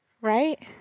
Right